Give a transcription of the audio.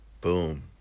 boom